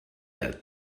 that